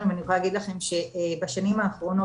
ואני יכולה להגיד לכם שבשנים האחרונות,